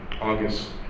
August